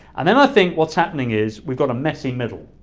and then i think, what's happening is, we got a messy middle.